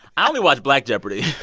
i only watch black jeopardy.